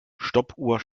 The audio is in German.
stoppuhr